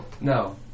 No